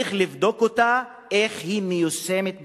צריך לבדוק איך היא מיושמת בשטח.